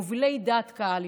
מובילי דעת קהל,